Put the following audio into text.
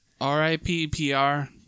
R-I-P-P-R